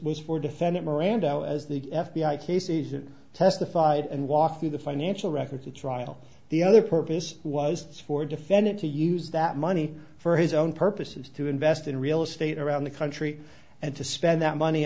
was for defendant miranda as the f b i case agent testified and walk through the financial records the trial the other purpose was for defendant to use that money for his own purposes to invest in real estate around the country and to spend that money